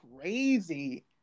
crazy